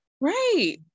Right